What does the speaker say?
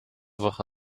woche